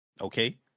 Okay